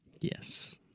Yes